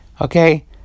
okay